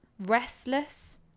restless